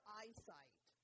eyesight